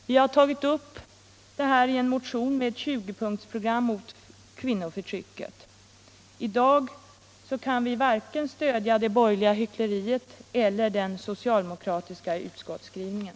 Vi har tagit upp detta i en motion med ett 20-punkisprogram mot kvinnoförtrycket. I dag kan vi varken stödja det borgerliga hvckleriet eller den socialdemokratiska skrivningen.